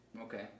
Okay